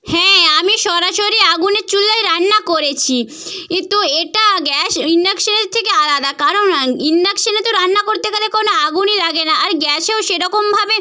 হ্যাঁ আমি সরাসরি আগুনের চুলায় রান্না করেছি কিন্তু এটা গ্যাস ইন্ডাকশানের থেকে আলাদা কারণ ইন্ডাকশানে তো রান্না করতে গেলে কোনো আগুনই লাগে না আর গ্যাসেও সেরকমভাবে